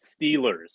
Steelers